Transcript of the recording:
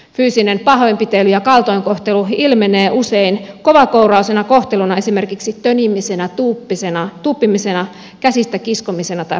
fyysinen pahoinpitely ja kaltoinkohtelu ilmenee usein kovakouraisena kohteluna esimerkiksi tönimisenä tuuppimisena käsistä kiskomisena tai puristamisena